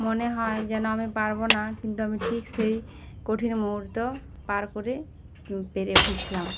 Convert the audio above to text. মনে হয় যেন আমি পারবো না কিন্তু আমি ঠিক সেই কঠিন মুহুর্ত পার করে পেরে উঠেছিলাম